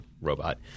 robot